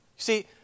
see